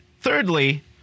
thirdly